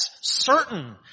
certain